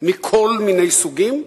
מכל מיני סוגים,